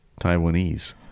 Taiwanese